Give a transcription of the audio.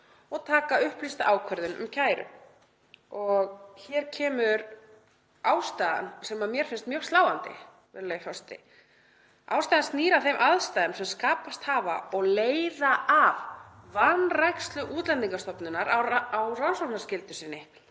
og taka upplýsta ákvörðun um kæru.“ Og hér kemur ástæðan sem mér finnst mjög sláandi, virðulegi forseti. Ástæðan „snýr að þeim aðstæðum sem skapast hafa og leiða af vanrækslu Útlendingastofnunar á rannsóknarskyldu sinni